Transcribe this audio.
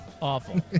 awful